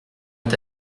est